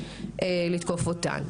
לתקוף אותן.